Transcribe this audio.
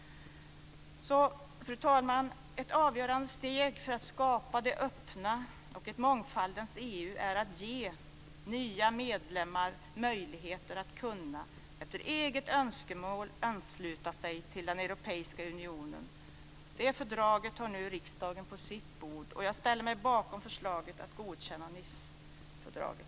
Fru talman! Ett avgörande steg för att skapa det öppna EU och ett mångfaldens EU är att ge nya medlemmar möjligheter att efter eget önskemål ansluta sig till den europeiska unionen. Det fördraget har nu riksdagen på sitt bord, och jag ställer mig bakom förslaget att godkänna Nicefördraget.